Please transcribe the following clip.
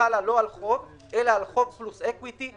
שחלה על חוב פלוס אקוויטי,